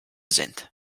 sind